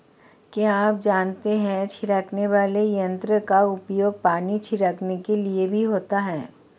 क्या आप जानते है छिड़कने वाले यंत्र का उपयोग पानी छिड़कने के लिए भी होता है?